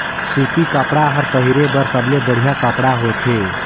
सूती कपड़ा हर पहिरे बर सबले बड़िहा कपड़ा होथे